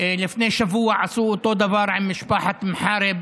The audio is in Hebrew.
לפני שבוע עשו אותו דבר עם משפחת מוחארב